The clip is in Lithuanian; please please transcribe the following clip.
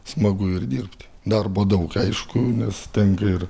smagu ir dirbti darbo daug aišku nes tenka ir